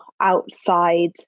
outside